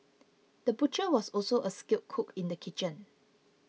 the butcher was also a skilled cook in the kitchen